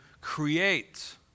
create